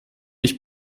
ich